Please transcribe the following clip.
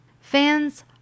Fans